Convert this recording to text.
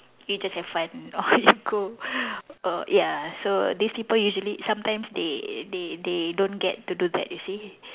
we just have fun or we go err ya so these people usually sometimes they they they don't get to do that you see